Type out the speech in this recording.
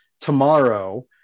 tomorrow